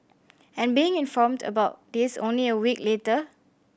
and being informed about this only a week later